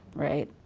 right.